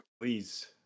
please